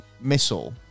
missile